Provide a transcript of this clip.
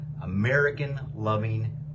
American-loving